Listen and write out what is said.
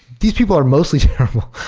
these people are mostly terrible.